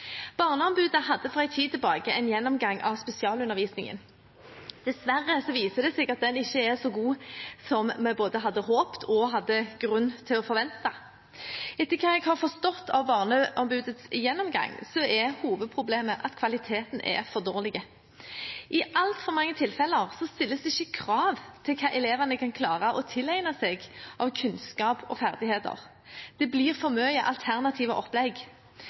Barneombudet hadde for en tid tilbake en gjennomgang av spesialundervisningen. Dessverre viser det seg at den ikke er så god som vi både hadde håpet og hadde grunn til å forvente. Etter hva jeg har forstått av Barneombudets gjennomgang, er hovedproblemet at kvaliteten er for dårlig. I altfor mange tilfeller stilles det ikke krav til hva elevene skal klare å tilegne seg av kunnskaper og ferdigheter. Det blir for mange alternative opplegg.